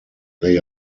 they